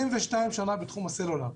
אני 22 שנה בתחום הסלולר,